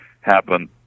happen